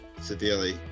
severely